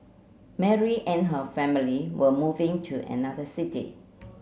Mary and her family were moving to another city